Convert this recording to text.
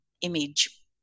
image